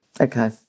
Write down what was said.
Okay